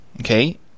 Okay